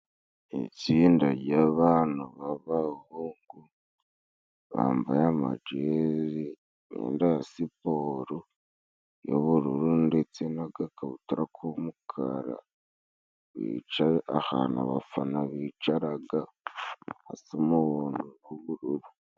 Itsinda ry'abantu b'abahungu bambaye amajezi, imyenda ya siporo y'ubururu ndetse n'agakabutura k'umukara. Bicaye ahantu abafana bicaraga hasa umuhondo n'ubururu.